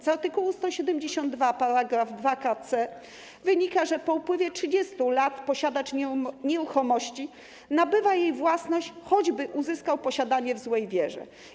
Z art. 172 § 2 k.c. wynika, że po upływie 30 lat posiadacz nieruchomości nabywa jej własność, choćby uzyskał posiadanie w złej wierze.